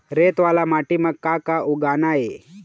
रेत वाला माटी म का का उगाना ये?